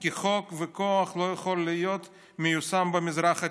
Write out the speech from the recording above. כי חוק וכוח לא יכול להיות מיושם במזרח התיכון".